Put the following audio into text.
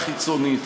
חיצונית,